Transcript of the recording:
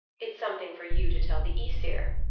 it's something for you to tell the aesir,